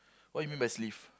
what you mean by sleeve